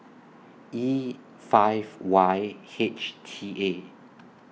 E five Y H T A